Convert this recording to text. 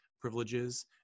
privileges